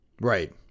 Right